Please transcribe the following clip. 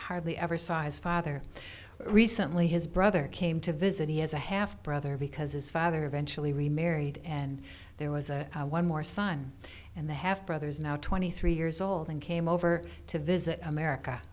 hardly ever size father recently his brother came to visit he has a half brother because his father eventually remarried and there was a one more son and the half brothers now twenty three years old and came over to visit america